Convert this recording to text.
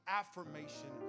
affirmation